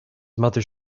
mother